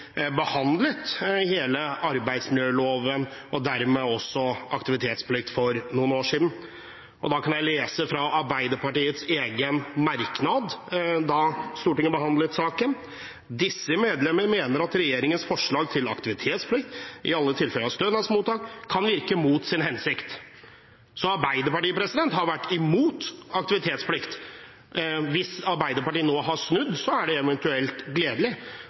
behandlet hele arbeidsmiljøloven, og dermed også aktivitetsplikt, for noen år siden. Da kan jeg lese fra Arbeiderpartiets egen merknad da Stortinget behandlet saken: «Disse medlemmer mener regjeringens forslag til aktivitetsplikt i alle tilfeller av stønadsmottak kan virke mot sin hensikt Så Arbeiderpartiet har vært imot aktivitetsplikt. Hvis Arbeiderpartiet nå har snudd, er det eventuelt gledelig,